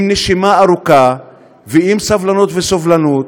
עם נשימה ארוכה ועם סבלנות וסובלנות,